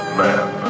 man